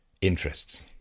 interests